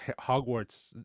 Hogwarts